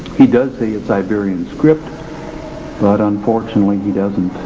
he does say it's iberian script but unfortunately he doesn't